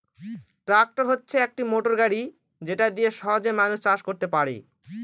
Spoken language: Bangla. ট্র্যাক্টর হচ্ছে একটি মোটর গাড়ি যেটা দিয়ে সহজে মানুষ চাষ করতে পারে